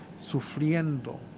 sufriendo